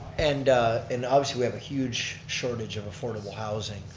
and and obviously we have a huge shortage of affordable housing.